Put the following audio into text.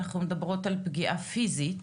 אנחנו מדברות על פגיעה פיזית.